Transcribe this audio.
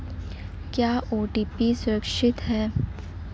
क्या ओ.टी.पी सुरक्षित है?